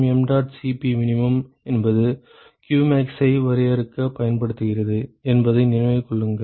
mdot Cp min என்பது qmax ஐ வரையறுக்கப் பயன்படுகிறது என்பதை நினைவில் கொள்ளுங்கள்